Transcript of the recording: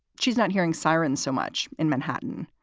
she's not hearing sirens so much in manhattan.